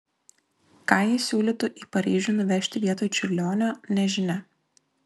ką ji siūlytų į paryžių nuvežti vietoj čiurlionio nežinia